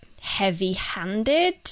heavy-handed